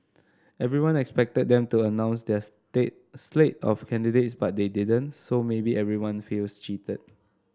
everyone expected them to announce their state slate of candidates but they didn't so maybe everyone feels cheated